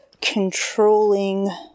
controlling